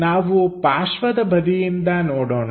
ನಾವು ಪಾರ್ಶ್ವದ ಬದಿಯಿಂದ ನೋಡೋಣ